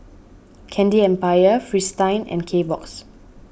Candy Empire Fristine and Kbox